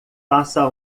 faça